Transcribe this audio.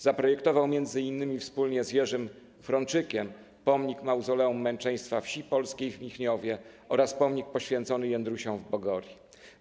Zaprojektował m.in. wspólnie z Jerzym Fronczykiem Pomnik-Mauzoleum Męczeństwa Wsi Polskiej w Michniowie oraz pomnik poświęcony „Jędrusiom” w Bogorii.